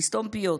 לסתום פיות.